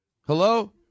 Hello